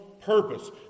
purpose